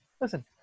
listen